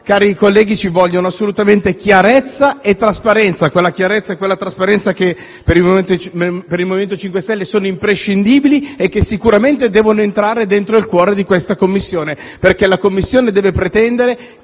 Cari colleghi, ci vogliono allora assolutamente chiarezza e trasparenza, quella chiarezza e quella trasparenza che per il MoVimento 5 Stelle sono imprescindibili e che sicuramente devono entrare dentro il cuore di questa Commissione, perché la Commissione deve pretendere